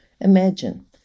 Imagine